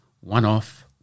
one-off